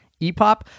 epop